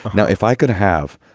now if i could have.